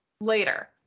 Later